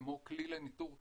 כמו כלי לניטור קירבה,